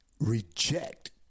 reject